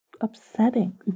upsetting